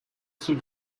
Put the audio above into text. sul